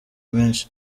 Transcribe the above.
menshi